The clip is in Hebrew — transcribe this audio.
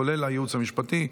כולל הייעוץ המשפטי,